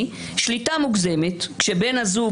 שליטה מוגזמת, כשבן הזוג